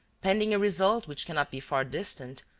pending a result which cannot be far distant,